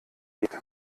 geht